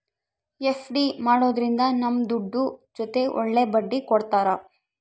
FD ಮಾಡೋದ್ರಿಂದ ನಮ್ ದುಡ್ಡು ಜೊತೆ ಒಳ್ಳೆ ಬಡ್ಡಿ ಕೊಡ್ತಾರ